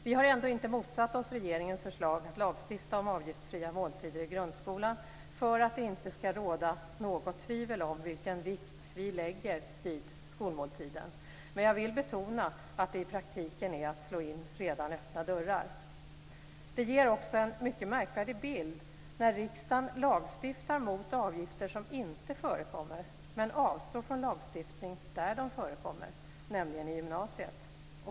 Vi har ändå inte motsatt oss regeringens förslag att lagstifta om avgiftsfria måltider i grundskolan, för att det inte skall råda något tvivel om vilken vikt vi lägger vid skolmåltiden. Men jag vill betona att det i praktiken är att slå in redan öppna dörrar. Det ger också en mycket märkvärdig bild när riksdagen lagstiftar mot avgifter som inte förekommer men avstår från lagstiftning där de förekommer, nämligen i gymnasiet.